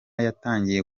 yatangiye